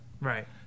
right